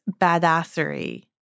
badassery